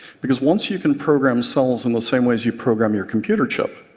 because once you can program cells in the same way as you program your computer chip,